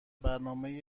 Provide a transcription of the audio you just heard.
برنامه